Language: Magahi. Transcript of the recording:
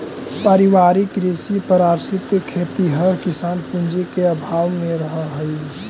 पारिवारिक कृषि पर आश्रित खेतिहर किसान पूँजी के अभाव में रहऽ हइ